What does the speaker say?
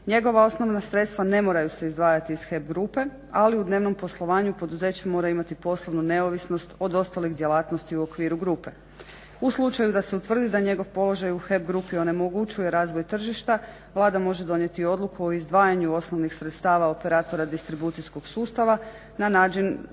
njegova osnovna sredstva ne moraju se izdvajati iz HEP grupe, ali u dnevnom poslovanju poduzeća moraju imati poslovnu neovisnost od ostalih djelatnosti u okviru grupe. U slučaju da se utvrdi da njegov položaj u HEP grupi onemogućuje razvoj tržišta Vlada može donijeti odluku o izdvajanju osnovnih sredstava operatora distribucijskog sustava na način